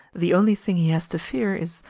the only thing he has to fear is,